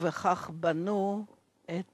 ובכך בנו את